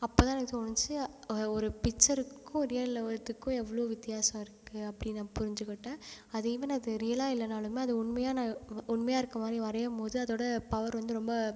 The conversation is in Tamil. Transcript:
அப்போ தான் எனக்கு தோணுச்சு ஒரு பிச்சருக்கும் ரியல்லவதுக்கும் எவ்வளோ வித்தியாசம் இருக்கு அப்படி நான் புரிஞ்சிக்கிட்டேன் அது ஈவன் அது ரியலாக இல்லனாலுமே அது உண்மையாக நான் உ உண்மையாக இருக்க மாதிரி வரையும்போது அதோட பவர் வந்து ரொம்ப